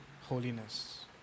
holiness